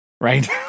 right